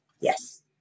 yes